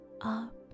up